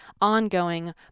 ongoing